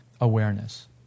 awareness